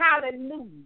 Hallelujah